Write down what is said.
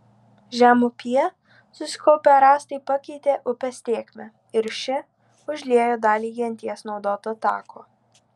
žemupyje susikaupę rąstai pakeitė upės tėkmę ir ši užliejo dalį genties naudoto tako